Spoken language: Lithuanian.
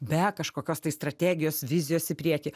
be kažkokios tai strategijos vizijos į priekį